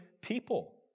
people